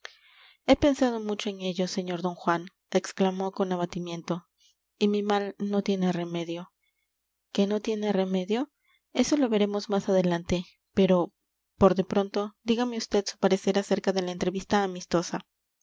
he pensado mucho en ello sr d juan exclamó con abatimiento y mi mal no tiene remedio que no tiene remedio eso lo veremos más adelante pero por de pronto dígame vd su parecer acerca de la entrevista amistosa